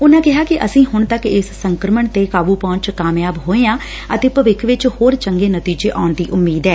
ਉਨਾਂ ਕਿਹਾ ਕਿ ਅਸੀ ਹੁਣ ਤੱਕ ਇਸ ਸੰਕਰਮਣ ਤੇ ਕਾਬੂ ਪਾਉਣ ਚ ਕਾਮਯਾਬ ਹੋਏ ਆਂ ਅਤੇ ਭਵਿੱਖ ਵਿਚ ਹੋਰ ਚੰਗੇ ਨਤੀਜੇ ਆੱਉਣ ਦੀ ਉਮੀਦ ਐ